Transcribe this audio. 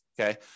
okay